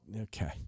Okay